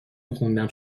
میخوندم